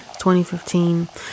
2015